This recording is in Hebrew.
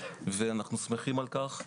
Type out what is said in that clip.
ואנחנו שמחים על כך.